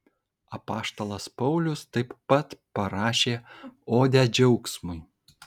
apaštalas paulius taip pat parašė odę džiaugsmui